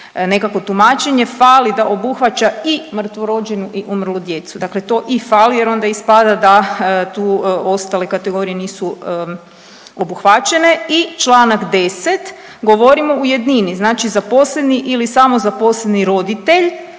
nekakvo tumačenje, fali da obuhvaća i mrtvorođenu i umrlu djecu, dakle to i fali jer onda ispada da tu ostale kategorije nisu obuhvaćene. I čl. 10. govorimo u jednini, znači zaposleni ili samozaposleni roditelj